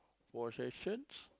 possessions